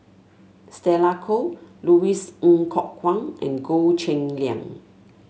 Stella Kon Louis Ng Kok Kwang and Goh Cheng Liang